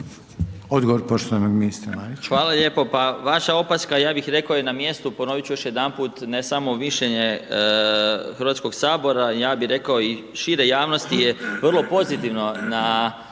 Odgovor poštovanog ministra Marića.